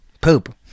Poop